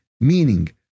meaning